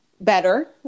better